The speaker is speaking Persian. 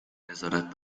نظارت